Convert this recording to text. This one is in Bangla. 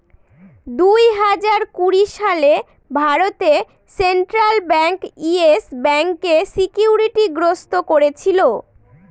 দুই হাজার কুড়ি সালে ভারতে সেন্ট্রাল ব্যাঙ্ক ইয়েস ব্যাঙ্কে সিকিউরিটি গ্রস্ত করেছিল